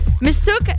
mistook